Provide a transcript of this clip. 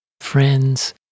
friends